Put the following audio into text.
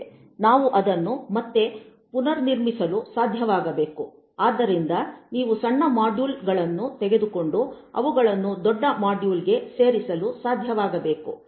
ನಾವು ಅದನ್ನು ಮತ್ತೆ ಪುನರ್ನಿರ್ಮಿಸಲು ಸಾಧ್ಯವಾಗಬೇಕು ಅಂದರೆ ನೀವು ಸಣ್ಣ ಮಾಡ್ಯೂಲ್ಗಳನ್ನು ತೆಗೆದುಕೊಂಡು ಅವುಗಳನ್ನು ದೊಡ್ಡ ಮಾಡ್ಯೂಲ್ಗೆ ಸೇರಿಸಲು ಸಾಧ್ಯವಾಗಬೇಕು